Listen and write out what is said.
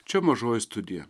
čia mažoji studija